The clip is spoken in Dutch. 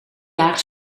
jaar